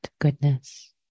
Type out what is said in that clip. goodness